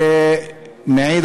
זה מעיד,